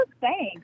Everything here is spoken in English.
thanks